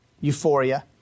euphoria